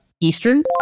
Eastern